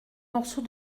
morceau